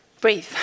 Breathe